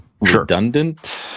redundant